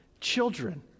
children